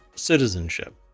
citizenship